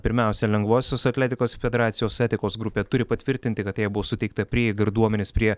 pirmiausia lengvosios atletikos federacijos etikos grupė turi patvirtinti kad jai buvo suteikta prieiga ir duomenys prie